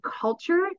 culture